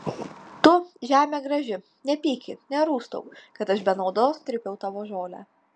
tu žeme graži nepyki nerūstauk kad aš be naudos trypiau tavo žolę